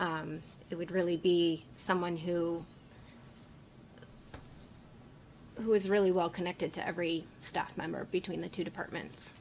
it would really be someone who who is really well connected to every staff member between the two departments